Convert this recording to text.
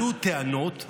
עלו טענות,